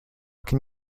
can